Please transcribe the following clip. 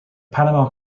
panama